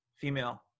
female